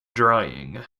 drying